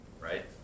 right